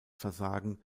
versagen